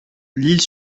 lisle